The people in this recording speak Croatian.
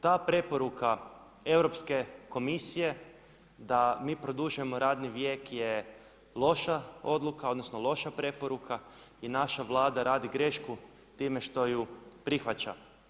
Ta preporuka Europske komisije, da mi produžujemo radni vijek je loša odluka, odnosno, loša preporuka i naša Vlada radi grešku time što ju prihvaća.